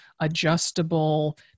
adjustable